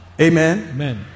Amen